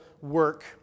work